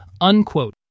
unquote